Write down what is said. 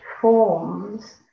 forms